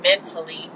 mentally